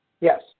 Yes